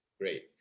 Great